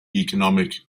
economic